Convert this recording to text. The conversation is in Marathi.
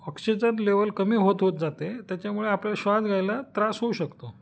ऑक्सिजन लेवल कमी होत होत जाते त्याच्यामुळे आपल्याला श्वास घ्यायला त्रास होऊ शकतो